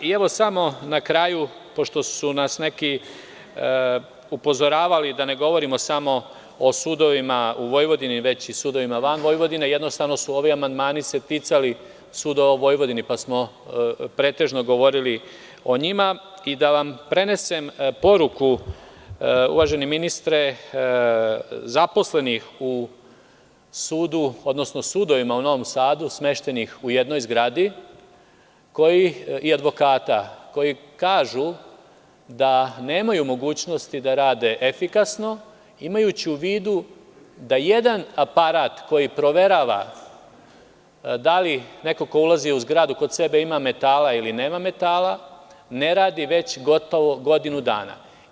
Na kraju, pošto su nas neki upozoravali da ne govorimo samo o sudovima u Vojvodini, već i sudovima van Vojvodine, jednostavno su ovi amandmani se ticali sudova u Vojvodini, pa smo pretežno govorili o njima i da vam prenesem poruku, uvaženi ministre, zaposlenih u sudovima u Novom Sadu smeštenih u jednoj zgradi i advokata koji kažu da nemaju mogućnosti da rade efikasno, imajući u vidu da jedan aparat koji proverava da li neko ko ulazi u zgradu kod sebe ima metala ili nema metala, ne radi već gotovo godinu dana.